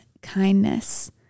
kindness